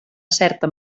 certa